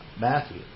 Matthew